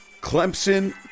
Clemson